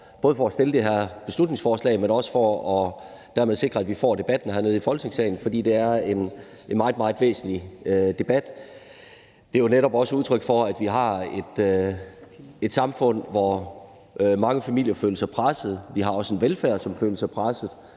både at fremsætte det her beslutningsforslag, men også for at sikre, at vi dermed får debatten hernede i Folketingssalen. For det er en meget, meget væsentlig debat. Det er jo netop også udtryk for, at vi har et samfund, hvor mange familier føler sig presset – vi har også en velfærd, som er presset